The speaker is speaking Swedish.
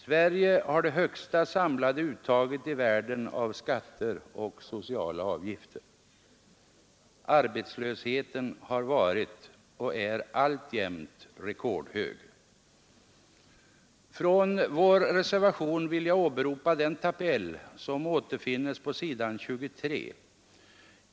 Sverige har det högsta samlade uttaget i världen av skatter och sociala avgifter. Arbetslösheten har varit och är alltjämt rekordhög. Från vår reservation vill jag åberopa den tabell som återfinns på s. 23.